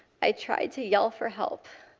i tried to yell for help.